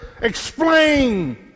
explain